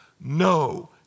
no